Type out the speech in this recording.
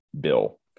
bill